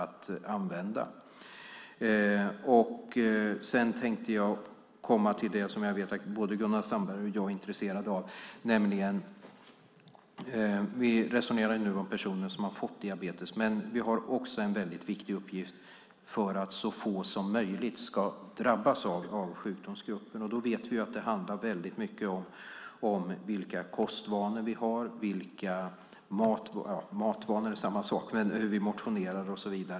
Nu kommer jag till något som jag vet att både Gunnar Sandberg och jag är intresserade av. Vi talar nu om personer som har fått diabetes. Men det är också en viktig uppgift att se till att så få som möjligt ska drabbas av sjukdomen. Det handlar mycket om kostvanor och motion.